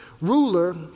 ruler